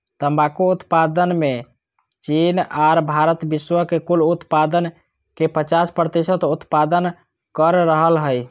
तंबाकू उत्पादन मे चीन आर भारत विश्व के कुल उत्पादन के पचास प्रतिशत उत्पादन कर रहल हई